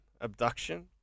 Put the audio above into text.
Abduction